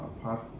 apart